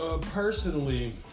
personally